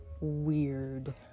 weird